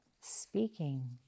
speaking